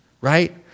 right